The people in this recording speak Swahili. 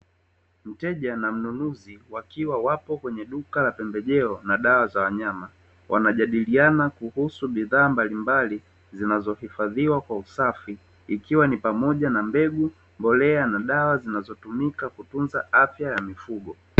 Mteja na mnunuzi wanajadiliana kuhusu bidhaa mbalimbali